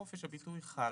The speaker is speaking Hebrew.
חופש הביטוי חל,